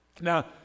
Now